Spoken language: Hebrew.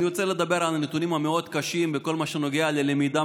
אני רוצה לדבר על הנתונים המאוד-קשים בכל מה שנוגע ללמידה